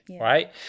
Right